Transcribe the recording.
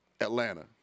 Atlanta